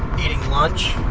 eating lunch